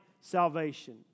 salvation